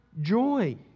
joy